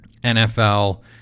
NFL